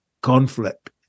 conflict